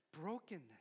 brokenness